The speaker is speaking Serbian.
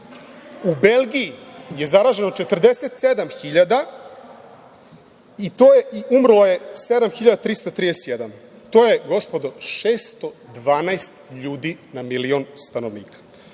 U Belgiji je zaraženo 47.000, a umrlo je 7.331. To je, gospodo, 612 ljudi na milion stanovnika.